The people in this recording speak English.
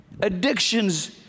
Addictions